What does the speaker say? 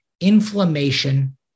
inflammation